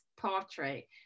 portrait